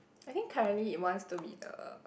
I think currently it wants to be the